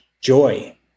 joy